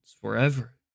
forever